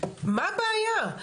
מה הבעיה?